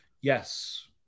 Yes